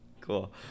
cool